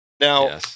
Now